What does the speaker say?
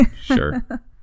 Sure